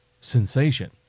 sensation